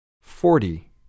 Forty